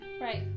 right